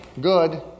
Good